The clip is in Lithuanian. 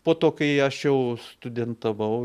po to kai aš jau studentavau